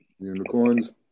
unicorns